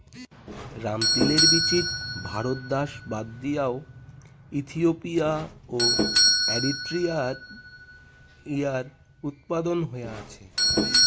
রামতিলের বীচিত ভারত দ্যাশ বাদ দিয়াও ইথিওপিয়া ও এরিট্রিয়াত ইঞার উৎপাদন হয়া আছে